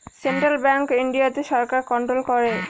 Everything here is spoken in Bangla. সেন্ট্রাল ব্যাঙ্ক ইন্ডিয়াতে সরকার কন্ট্রোল করে